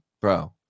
bro